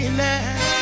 now